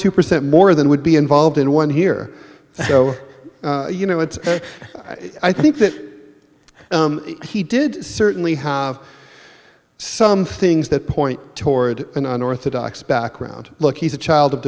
two percent more than would be involved in one here so you know it's ok i think that he did certainly have some things that point toward an unorthodox background look he's a child of